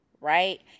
right